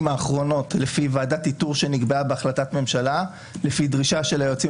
האחרונות לפי ועדת איתור שנקבעה בהחלטת ממשלה לפי דרישה של היועצים